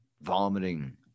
vomiting